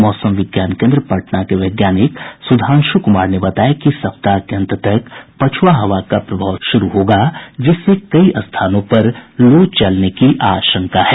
मौसम विज्ञान केन्द्र पटना के वैज्ञानिक सुधांशु कुमार ने बताया कि सप्ताह के अंत तक पछ्आ हवा का प्रभाव शुरू होगा जिससे कई स्थानों पर लू चलने की आशंका है